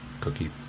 cookie